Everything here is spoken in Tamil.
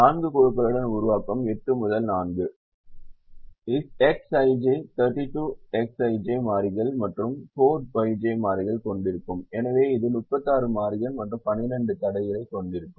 4 குழுக்களுடன் உருவாக்கம் 8 முதல் 4 ஜிஜ் 32 Xij மாறிகள் மற்றும் 4Yj மாறிகள் கொண்டிருக்கும் எனவே இது 36 மாறிகள் மற்றும் 12 தடைகளைக் கொண்டிருக்கும்